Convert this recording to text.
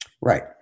Right